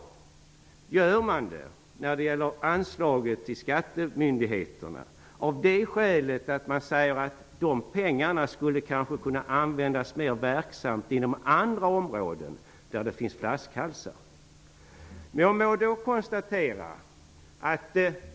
I dag gör man det när det gäller anslaget till skattemyndigheterna av det skälet att man tycker att pengarna kanske skulle ha kunnat användas mer verksamt inom andra områden där det finns flaskhalsar.